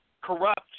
corrupt